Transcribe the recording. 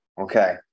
Okay